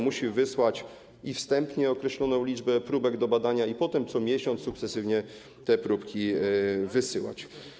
Musi wysłać wstępnie określoną liczbę próbek do badania i potem co miesiąc sukcesywnie te próbki wysyłać.